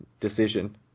decision